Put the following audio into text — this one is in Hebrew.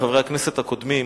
חברי הכנסת הקודמים,